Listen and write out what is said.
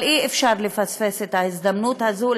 אבל אי-אפשר לפספס את ההזדמנות הזאת,